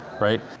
right